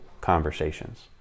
conversations